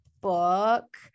book